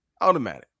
Automatic